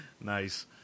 nice